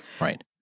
Right